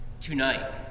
Tonight